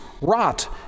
rot